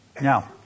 Now